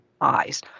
eyes